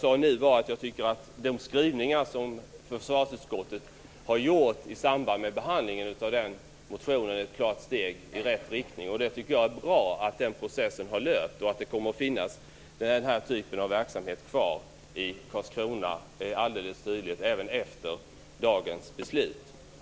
De skrivningar som försvarsutskottet har gjort i samband med behandlingen av den motionen är ett steg i rätt riktning. Det är bra att den processen har löpt och att den här typen av verksamhet kommer att finnas kvar i Karlskrona även efter dagens beslut.